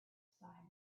sighed